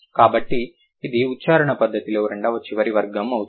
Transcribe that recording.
కాబట్టి అది ఉచ్ఛారణ పద్ధతిలో రెండవ చివరి వర్గం అవుతుంది